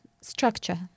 structure